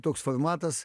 toks formatas